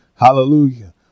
Hallelujah